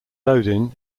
odin